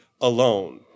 alone